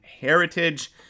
Heritage